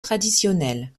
traditionnelle